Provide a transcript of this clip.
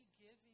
giving